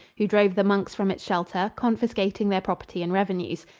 who drove the monks from its shelter, confiscating their property and revenues.